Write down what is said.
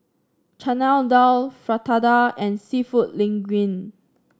Chana Dal Fritada and seafood Linguine